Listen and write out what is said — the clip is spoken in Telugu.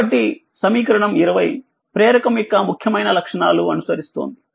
కాబట్టి సమీకరణం 20 ప్రేరకం యొక్క ముఖ్యమైన లక్షణాలు అనుసరిస్తోంది